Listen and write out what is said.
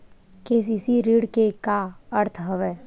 KCC ऋण के का अर्थ हवय?